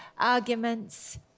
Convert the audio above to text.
arguments